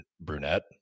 brunette